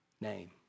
name